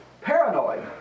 paranoid